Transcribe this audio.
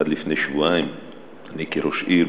עד לפני שבועיים אני הייתי ראש העיר,